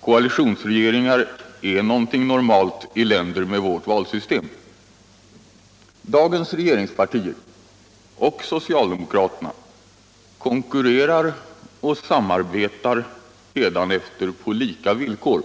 Koalitionsregeringar är någonting normalt i länder med vårt valsystem. Dagens regeringspartier och socialdemokraterna konkurrerar och samarbetar hädanefter på lika villkor,